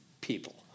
people